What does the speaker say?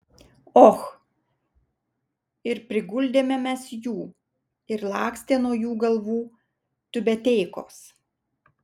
och ir priguldėme mes jų ir lakstė nuo jų galvų tiubeteikos